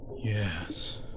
Yes